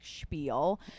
spiel